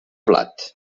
blat